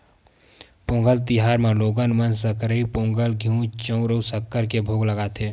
पोंगल तिहार म लोगन मन सकरई पोंगल, घींव, चउर अउ सक्कर के भोग लगाथे